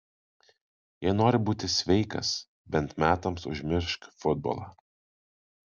jei nori būti sveikas bent metams užmiršk futbolą